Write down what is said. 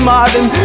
Marvin